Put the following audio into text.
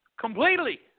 completely